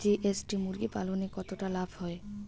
GST মুরগি পালনে কতটা লাভ হয়?